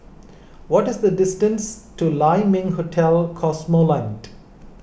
what is the distance to Lai Ming Hotel Cosmoland